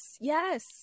yes